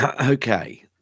Okay